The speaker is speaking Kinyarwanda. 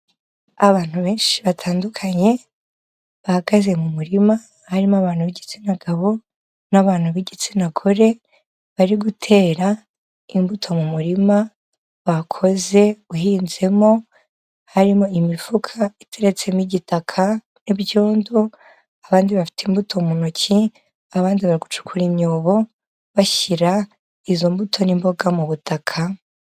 Abantu benshi batandukanye bahagaze mu murima harimo abantu b'igitsina gabo n'abantu b'igitsina gore, bari gutera imbuto mu murima bakoze uhinzemo, harimo imifuka iteretsemo igitaka n'ibyondo, abandi bafite imbuto mu ntoki abandi bari gucukura imyobo, bashyira izo mbuto n'imboga mu butaka.